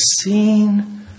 seen